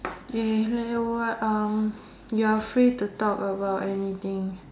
eh now what uh you are free to talk about anything